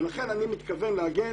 ולכן אני מתכוון להגן